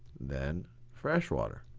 than fresh water.